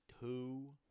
Two